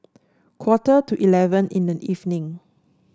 quarter to eleven in the evening